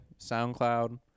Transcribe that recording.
SoundCloud